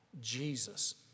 Jesus